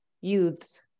youths